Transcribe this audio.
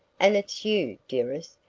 and it's you, dearest,